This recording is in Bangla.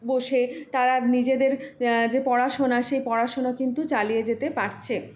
বসে তারা নিজেদের যে পড়াশোনা সেই পড়াশুনো কিন্তু চালিয়ে যেতে পারছে